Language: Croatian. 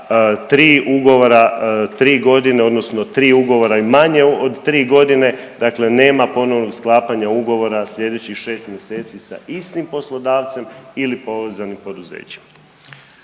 3 ugovora 3 godine odnosno 3 ugovora i manje od 3 godine dakle nema ponovnog sklapanja ugovora slijedećih 6 mjeseci sa istim poslodavcem ili povezanim poduzećima.